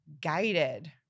guided